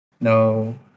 no